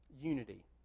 unity